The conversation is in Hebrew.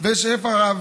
ושפע רב,